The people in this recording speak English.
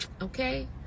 okay